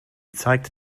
zeigt